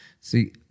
see